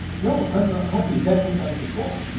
no, i'm happy, that means i'm success.